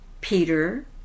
Peter